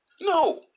No